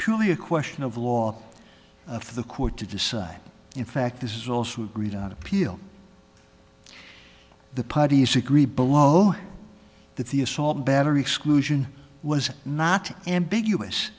purely a question of law for the court to decide in fact this is also agreed on appeal the parties agree below that the assault battery exclusion was not ambiguous